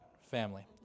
family